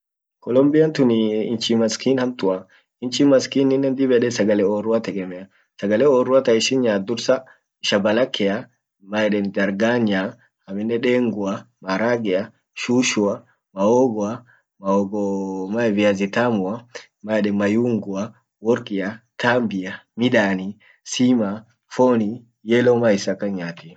Colombian tun inchi maskini hamtua, inchi maskininen dib ede sagale orrua tegemea. Sagale orrua taishin nyaat dursa shabalakea, maeden darganya, amminen dengua, maragea, shushua, mahogoa, mahogo mae viazi tamua, maeden mayungua, workia, tambia, midani, sima, foni, yellowmice, akan nyaati.